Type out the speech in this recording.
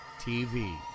TV